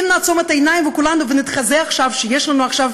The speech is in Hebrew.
אם נעצום את העיניים כולנו ונחזה עכשיו שיש לנו עכשיו